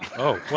oh,